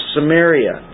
Samaria